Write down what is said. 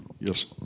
Yes